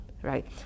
right